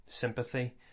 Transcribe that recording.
sympathy